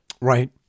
Right